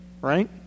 right